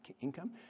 income